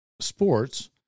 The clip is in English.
Sports